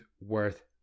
worth